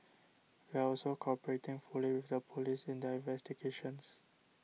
we are also cooperating fully with the police in their investigations